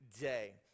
day